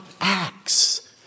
acts